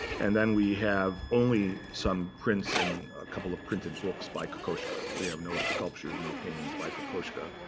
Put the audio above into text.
and then we have only some prints and a couple of printed books by kokoschka. we have no sculptures, no paintings by kokoschka.